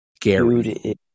Gary